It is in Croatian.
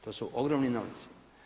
To su ogromni novci.